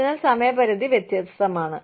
അതിനാൽ സമയപരിധി വ്യത്യസ്തമാണ്